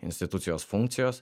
institucijos funkcijos